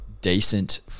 decent